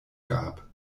gab